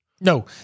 No